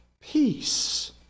peace